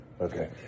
Okay